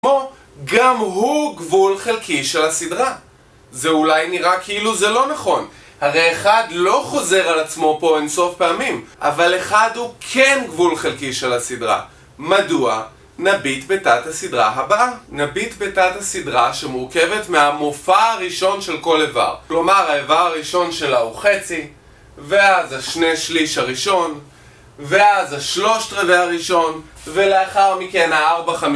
כמו, גם הוא גבול חלקי של הסדרה, זה אולי נראה כאילו זה לא נכון, הרי אחד לא חוזר על עצמו פה אין סוף פעמים אבל אחד הוא כן גבול חלקי של הסדרה, מדוע? נביט בתת הסדרה הבאה נביט בתת הסדרה שמורכבת מהמופע הראשון של כל איבר, כלומר האיבר הראשון שלה הוא חצי ואז השני שליש הראשון, ואז השלושת רבעי הראשון ולאחר מכן, הארבע חמישים